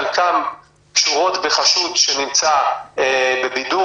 חלקן קשורות בחשוד שנמצא בבידוד